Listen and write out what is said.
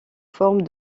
forme